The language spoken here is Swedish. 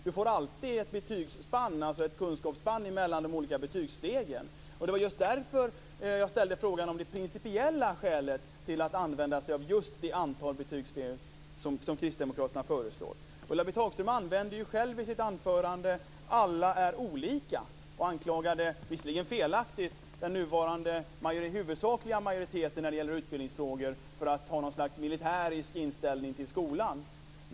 Man får alltid ett betygsspann, alltså ett kunskapsspann, mellan de olika betygsstegen. Det var därför jag ställde frågan om det principiella skälet till att använda sig av just det antalet betygssteg som Kristdemokraterna föreslår. Ulla-Britt Hagström sade ju själv i sitt anförande att alla är olika. Hon anklagade, visserligen felaktigt, den nuvarande huvudsakliga majoriteten i utbildningsfrågor för att ha något slags militärisk inställning till skolan.